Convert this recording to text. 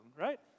Right